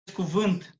cuvânt